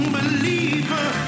believer